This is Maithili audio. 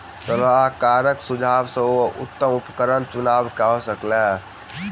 सलाहकारक सुझाव सॅ ओ उत्तम उपकरणक चुनाव कय सकला